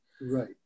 Right